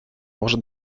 może